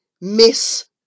Miss